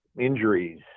Injuries